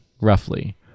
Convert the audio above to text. roughly